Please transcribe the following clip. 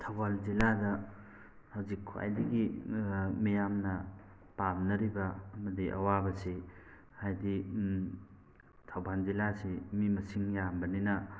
ꯊꯧꯕꯥꯜ ꯖꯤꯂꯥꯗ ꯍꯧꯖꯤꯛ ꯈ꯭ꯋꯥꯏꯗꯒꯤ ꯃꯤꯌꯥꯝꯅ ꯄꯥꯝꯅꯔꯤꯕ ꯑꯃꯗꯤ ꯑꯋꯥꯕꯁꯤ ꯍꯥꯏꯗꯤ ꯊꯧꯕꯥꯜ ꯖꯤꯂꯥꯁꯤ ꯃꯤ ꯃꯁꯤꯡ ꯌꯥꯝꯕꯅꯤꯅ